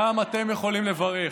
גם אתם יכולים לברך.